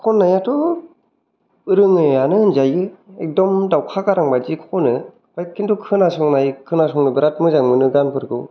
खननायाथ' रोङोआनो होनजायो एकदम दावखा गारां बायदि खनो खिन्थु खोनासंनाय खोनासंनो बेराथ मोजां मोनो गान फोरखौ